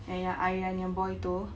ya ya aryan yang boy tu